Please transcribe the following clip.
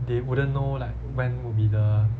they wouldn't know like when would be the